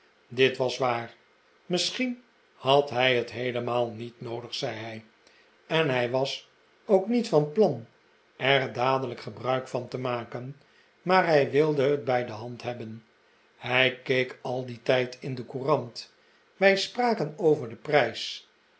dit was waar misschien had hij het heelemaal niet noodig zei hij en hij was ook niet van plan er dadelijk gebruik van te maken maar hij wilde het bij de hand hebben hij keek al dien tijd in de courant wij spraken over den prijs